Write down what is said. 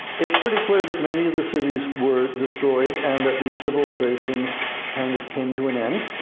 it's pretty clear that many of the cities were destroyed, and that these civilizations kind of came to an end,